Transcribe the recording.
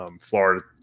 Florida